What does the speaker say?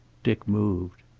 dick moved.